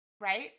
right